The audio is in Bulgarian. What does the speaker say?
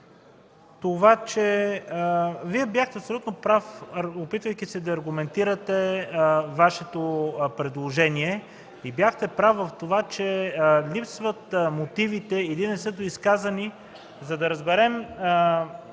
това. Вие бяхте абсолютно прав, опитвайки се да аргументирате Вашето предложение. Бяхте прав в това, че липсват или не са доизказани мотивите, за да разберем